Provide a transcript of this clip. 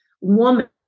woman